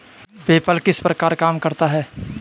PayPal किस प्रकार काम करता है?